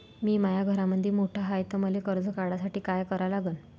मी माया घरामंदी मोठा हाय त मले कर्ज काढासाठी काय करा लागन?